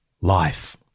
life